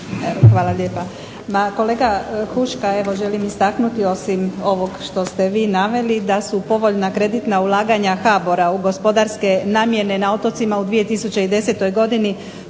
hvala lijepa. Ma kolega Huška evo želim istaknuti osim ovog što ste vi naveli da su povoljna kreditna ulaganja HBOR-a u gospodarske namjene na otocima u 2010. godini